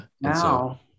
now